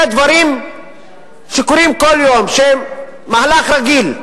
אלה דברים שקורים כל יום, שהם מהלך רגיל.